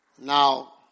Now